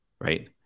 right